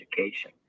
education